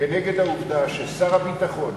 כנגד העובדה ששר הביטחון,